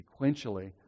sequentially